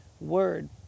Word